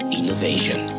innovation